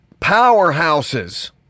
powerhouses